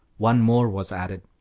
one more was added.